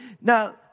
Now